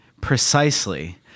precisely